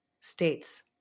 states